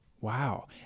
Wow